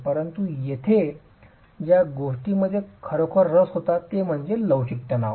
परंतु येथे ज्या गोष्टींमध्ये खरोखरच रस होता ते म्हणजे लवचिक तणाव